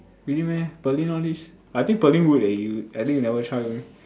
really meh Perlyn all this I think Perlyn would eh you I think you never try only